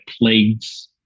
plagues